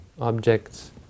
objects